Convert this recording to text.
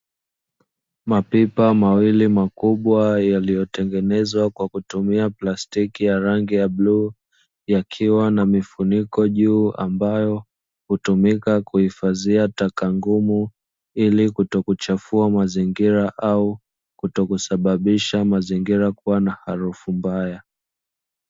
Mapipa mawili makubwa yaliyotengenezwa kwa kutumia plastiki ya rangi ya bluu, yakiwa na mifuniko juu ambayo hutumika kuhifadhia taka ngumu, ili kutokuchafua mazingira au kutokusababisha mazingira kuwa na harufu mbaya.